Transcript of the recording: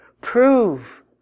Prove